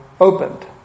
opened